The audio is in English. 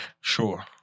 Sure